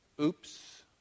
Oops